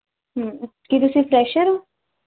ਹੂੰ ਕੀ ਤੁਸੀਂ ਫਰੈਸ਼ਰ ਹੋ